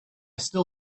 still